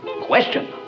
Question